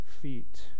feet